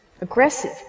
aggressive